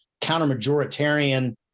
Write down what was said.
counter-majoritarian